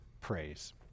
praise